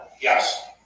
Yes